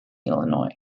illinois